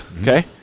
okay